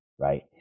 right